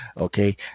Okay